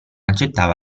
accettava